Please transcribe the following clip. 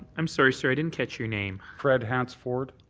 i'm sorry, sir. i didn't catch your name. fred hansford.